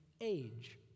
age